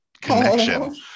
connection